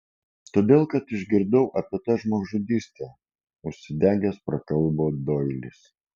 todėl kad išgirdau apie tą žmogžudystę užsidegęs prakalbo doilis